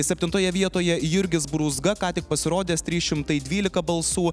septintoje vietoje jurgis brūzga ką tik pasirodęs trys šimtai dvylika balsų